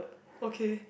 okay